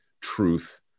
truth